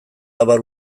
abar